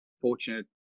fortunate